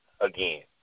again